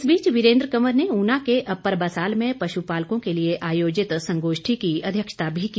इस बीच वीरेन्द्र कंवर ने ऊना के अप्पर बसाल में पशुपालकों के लिए आयोजित संगोष्ठी की अध्यक्षता भी की